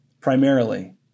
primarily